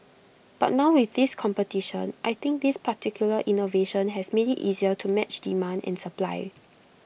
but now with this competition I think this particular innovation has made IT easier to match demand and supply